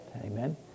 amen